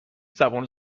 زبون